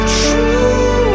true